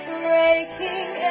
breaking